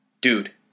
Dude